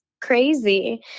crazy